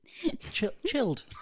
Chilled